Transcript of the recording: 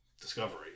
Discovery